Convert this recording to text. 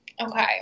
Okay